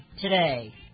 today